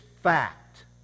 fact